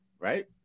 right